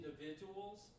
individuals